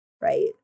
right